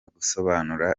gusobanura